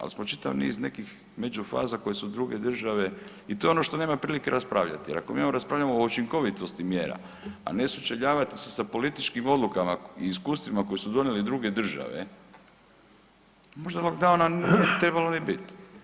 Ali smo čitav niz nekih međufaza koje su druge države i to je ono što nemamo prilike raspravljati, jer ako mi raspravljamo o učinkovitosti mjera a ne sučeljavati se sa političkim odlukama i iskustvima koje su donijele druge države možda lockdowna nije trebalo niti biti.